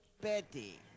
Betty